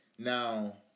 Now